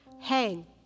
hang